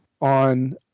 on